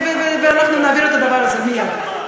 ואנחנו נעביר את הדבר הזה מייד.